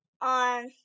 on